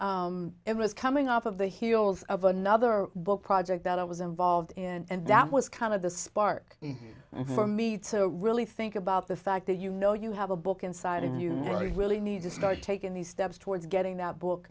specific it was coming up of the heels of another book project that i was involved and that was kind of the spark for me to really think about the fact that you know you have a book inside and you know you really need to start taking these steps towards getting that book